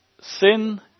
Sin